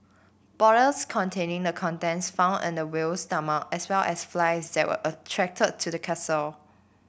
bottles containing the contents found in the whale's stomach as well as flies that were attracted to the carcass